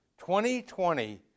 2020